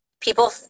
people